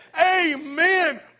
Amen